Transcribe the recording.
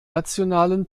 nationalen